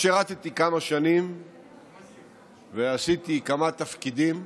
שירתי כמה שנים ועשיתי כמה תפקידים.